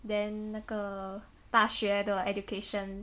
then 那个大学的 education